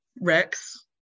Rex